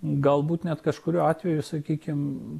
galbūt net kažkuriuo atveju sakykim